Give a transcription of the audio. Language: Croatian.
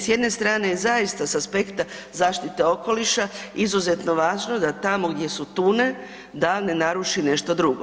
S jedne strane je zaista s aspekta zaštite okoliša izuzetno važno da tamo gdje su tune, da ne naruši nešto drugo.